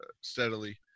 steadily